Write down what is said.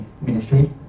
Ministry